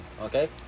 okay